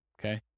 okay